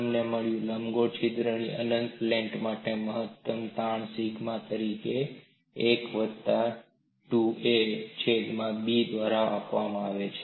તમને મળ્યુ લંબગોળ છિદ્રવાળી અનંત પ્લેટ માટે મહત્તમ તાણ સિગ્મા તરીકે 1 વત્તા 2a છેદ મા b દ્વારા આપવામાં આવે છે